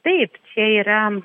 taip čia yra